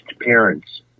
parents